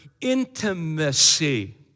intimacy